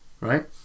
Right